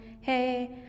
hey